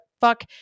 fuck